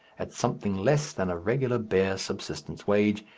at something less than a regular bare subsistence wage,